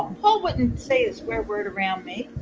paul wouldn't say a swear word around me,